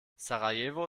sarajevo